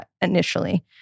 initially